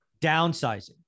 Downsizing